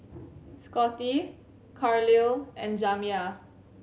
Scottie Carlisle and Jamya